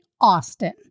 Austin